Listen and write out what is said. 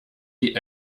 die